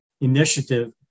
initiative